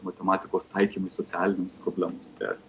matematikos taikymai socialinėms problemoms spręsti